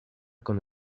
con